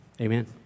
amen